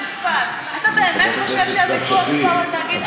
אתה באמת חושב שהוויכוח פה הוא על התאגיד?